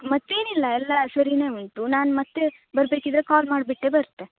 ಮತ್ತೇನಿಲ್ಲ ಎಲ್ಲ ಸರಿಯೇ ಉಂಟು ನಾನು ಮತ್ತೆ ಬರಬೇಕಿದ್ರೆ ಕಾಲ್ ಮಾಡಿಬಿಟ್ಟೇ ಬರ್ತೆ